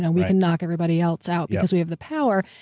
and we can knock everybody else out because we have the power.